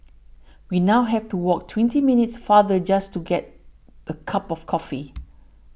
we now have to walk twenty minutes farther just to get a cup of coffee